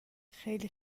خیلی